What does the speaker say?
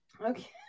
Okay